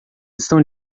estão